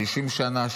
60 שנה,